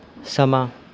ਸਮਾਂ